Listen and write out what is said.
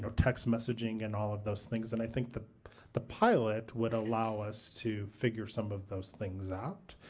text messaging and all of those things? and i think the the pilot would allow us to figure some of those things out.